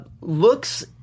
looks